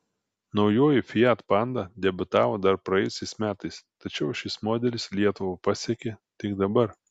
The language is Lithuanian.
naujoji fiat panda debiutavo dar praėjusiais metais tačiau šis modelis lietuvą pasiekė tik dabar